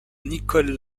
nicole